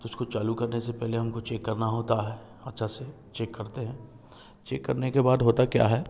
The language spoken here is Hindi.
तो उसको चालू करने से पहले हमको चेक करना होता है अच्छा से चेक करते हैं चेक करने के बाद होता क्या है